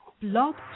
Blog